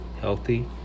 healthy